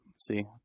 see